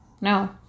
No